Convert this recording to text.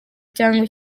cyangwa